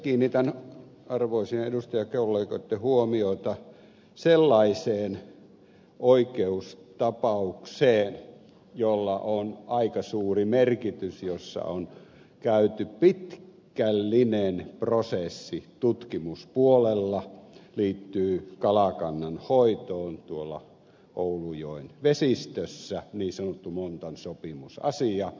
kiinnitän arvoisien edustajakollegoitten huomiota sellaiseen oikeustapaukseen jolla on aika suuri merkitys ja jossa on käyty pitkällinen prosessi tutkimuspuolella liittyy kalakannan hoitoon tuolla oulujoen vesistössä niin sanottu montan sopimus asia